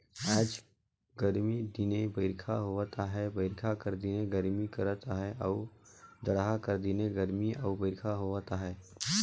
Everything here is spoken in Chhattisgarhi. आएज गरमी दिने बरिखा होवत अहे बरिखा कर दिने गरमी करत अहे अउ जड़हा कर दिने गरमी अउ बरिखा होवत अहे